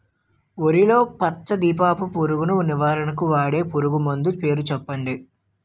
వరిలో పచ్చ దీపపు పురుగు నివారణకు వాడే పురుగుమందు పేరు చెప్పండి?